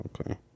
Okay